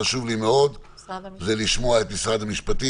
חשוב לי מאוד לשמוע היום את משרד המשפטים